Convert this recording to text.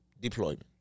Deployment